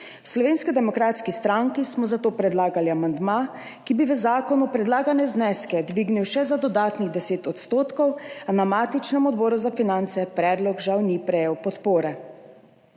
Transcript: Slovenski demokratski stranki smo zato predlagali amandma, ki bi v zakonu predlagane zneske dvignil še za dodatnih 10 %, a na matičnem Odboru za finance predlog žal ni prejel podpore.